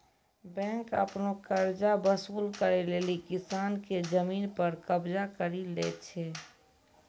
bank आपनो कर्जा वसुल करै लेली किसान के जमिन पर कबजा करि लै छै